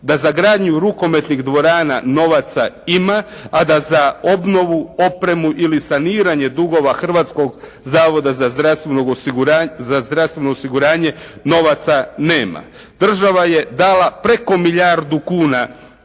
Da za gradnju rukometnih dvorana novaca ima, a da za obnovu, opremu ili saniranje dugova Hrvatskog zavoda za zdravstveno osiguranje novaca nema. Država je dala preko milijardu kuna